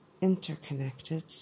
interconnected